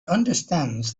understands